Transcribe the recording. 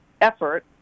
effort